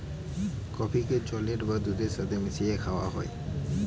কফিকে জলের বা দুধের সাথে মিশিয়ে খাওয়া হয়